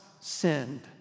sinned